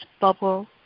bubble